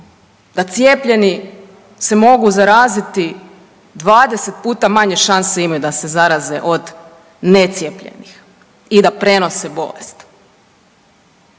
da cijepljeni se mogu zaraziti 20 puta manje šanse imaju da se zaraze od necijepljenih i da prenose bolest.